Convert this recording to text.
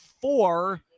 four